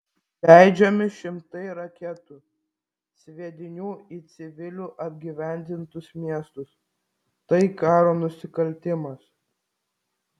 leidžiami šimtai reketų sviedinių į civilių apgyvendintus miestus tai karo nusikaltimas